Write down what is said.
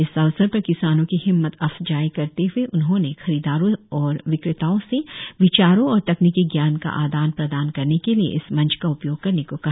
इस अवसर पर किसानों की हिम्मत आफजाई करते हए उन्होंने खरीददारों और विक्रेताओं से विचारों और तकनिकी ज्ञान का आदान प्रदान करने के लिए इस मंच का उपयोग करने को कहा